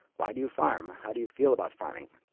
why do you farm? how do you feel about farming?